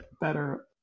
better